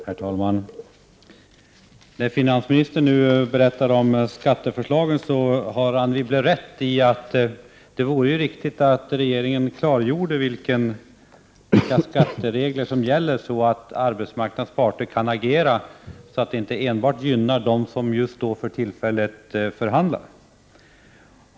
Herr talman! När finansministern nu berättar om skatteförslagen, har Anne Wibble rätt i att regeringen bör klargöra vilka skatteregler som gäller för att arbetsmarknadens parter skall kunna agera och så att inte de som förhandlar vid ett visst tillfälle gynnas.